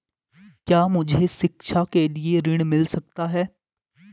क्या मुझे शिक्षा के लिए ऋण मिल सकता है?